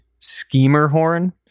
Schemerhorn